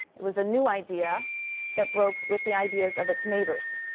it was a new idea that broke with the ideas of its neighbors,